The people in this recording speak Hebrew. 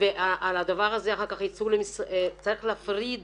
צריך להפריד